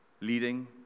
leading